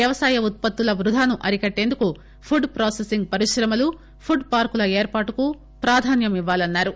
వ్యవసాయ ఉత్పత్తుల వృధాను అరికట్టేందుకు ఫుడ్ ప్రాసిసింగ్ పరిశ్రమలు ఫుడ్ పార్కుల ఏర్పాటుకు ప్రాధాన్యం ఇవ్వాలని అన్నారు